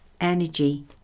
energy